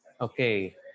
okay